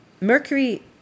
mercury